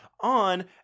on